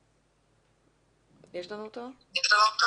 שלום.